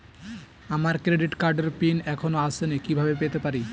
আমার ক্রেডিট কার্ডের পিন এখনো আসেনি কিভাবে পেতে পারি?